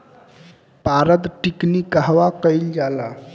पारद टिक्णी कहवा कयील जाला?